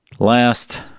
Last